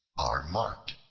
are marked.